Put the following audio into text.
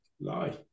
lie